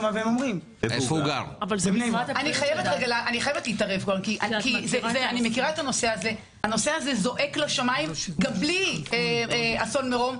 אני חייבת להתערב כי הנושא הזה זועק לשמיים גם בלי אסון מירון,